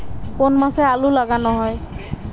কোন মাসে আলু লাগানো হয়?